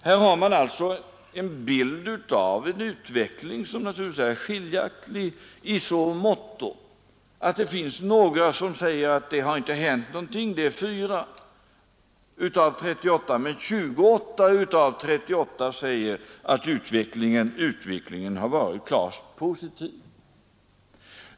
Här har man alltså en bild av en utveckling, som inte är helt entydig i så måtto att det finns några som säger att ingenting har hänt — 4 av 38. Men 28 av 38 säger att utvecklingen varit klart positiv.